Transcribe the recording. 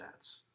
stats